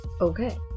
Okay